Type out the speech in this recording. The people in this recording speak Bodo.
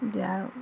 जा